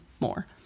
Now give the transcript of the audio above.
more